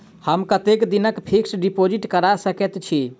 हम कतेक दिनक फिक्स्ड डिपोजिट करा सकैत छी?